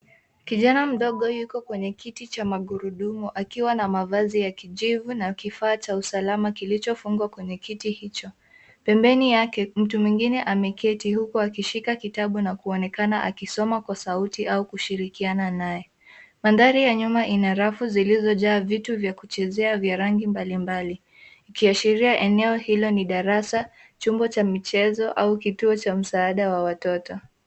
Kijana mdogo yuko kwenye kiti cha magurudumu akiwa na mavazi ya kijivu na kifaa cha usalama kilichofungwa kwenye kiti hicho. Pembeni yake, mtu mwingine ameketi huku akishika kitabu na kuonekana akisoma kwa sauti au kushirikiana naye. Mandhari ya nyuma ina rafu zilizojaa vitu vya kuchezea vya rangi mbali mbali, ikiashiria eneo hilo ni darasa, chumba cha mchezo au kituo cha msaada wa watoto.